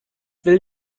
will